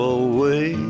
away